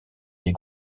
des